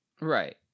Right